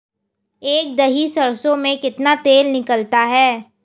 एक दही सरसों में कितना तेल निकलता है?